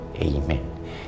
Amen